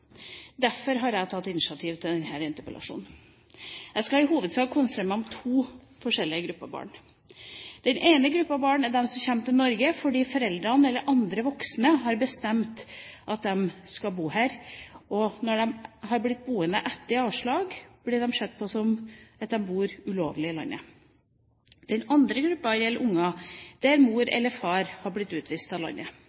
Derfor har jeg tatt initiativ til denne interpellasjonen. Jeg skal i hovedsak konsentrere meg om to forskjellige grupper barn. Den ene gruppen barn er de som kommer til Norge fordi foreldrene eller andre voksne har bestemt at de skal bo her, og som når de har fått avslag, blir boende ulovlig i landet. Den andre gruppen gjelder unger der mor